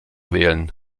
wählen